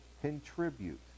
contribute